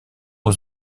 aux